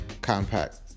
compact